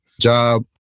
job